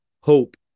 hope